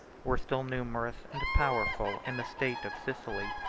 were still numerous and powerful in the state of sicily.